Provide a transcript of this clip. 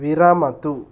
विरमतु